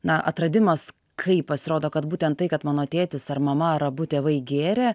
na atradimas kai pasirodo kad būtent tai kad mano tėtis ar mama ar abu tėvai gėrė